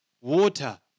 water